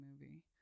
movie